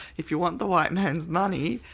if you want the white man's money,